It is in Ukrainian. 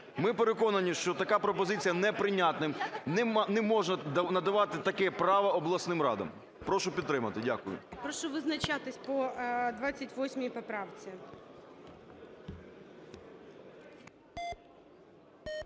Ми переконані, що така пропозиція неприйнятна, не можна надавати таке право обласним радам. Прошу підтримати. Дякую. ГОЛОВУЮЧИЙ. Прошу визначатись по 28 поправці.